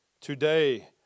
today